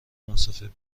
مسافر